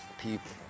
people